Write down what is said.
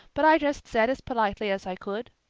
but i just said as politely as i could,